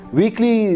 weekly